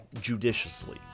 judiciously